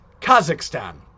Kazakhstan